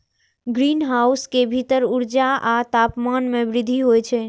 greenhouse के भीतर ऊर्जा आ तापमान मे वृद्धि होइ छै